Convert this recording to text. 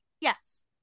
Yes